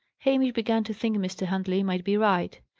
hamish began to think mr. huntley might be right.